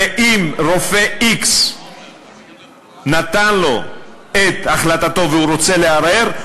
ואם רופא x נתן לו את החלטתו והוא רוצה לערער,